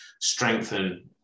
strengthen